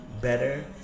better